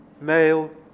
male